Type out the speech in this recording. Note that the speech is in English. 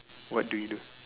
what do you do